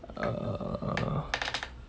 uh